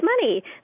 money